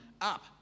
up